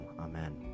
Amen